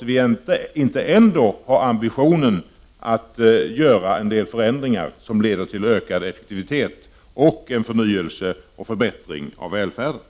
vill ändå fråga finansministern om vi inte måste ha ambitionen att göra en del förändringar som skall leda till ökad effektivitet och en förnyelse och förbättring av välfärden.